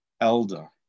elder